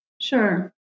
Sure